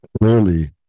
clearly